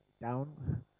down